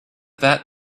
that